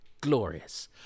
glorious